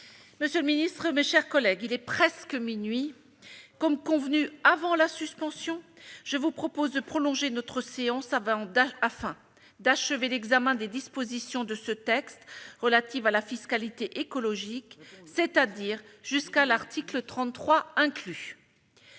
Monsieur le secrétaire d'État, mes chers collègues, il est presque minuit. Comme convenu avant la suspension, je propose de prolonger la séance afin d'achever l'examen des dispositions relatives à la fiscalité écologique, c'est-à-dire jusqu'à l'article 33 inclus.